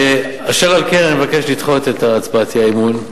אשר על כן, אני מבקש לדחות את הצעת האי-אמון.